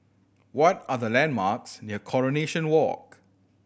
what are the landmarks near Coronation Walk